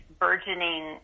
burgeoning